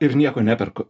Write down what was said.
ir nieko neperku